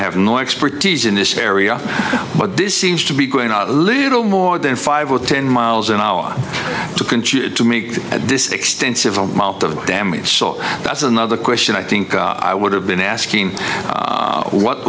have no expertise in this area but this seems to be going out little more than five or ten miles an hour to continue to make at this extensive amount of damage so that's another question i think i would have been asking what